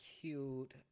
cute